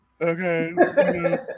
Okay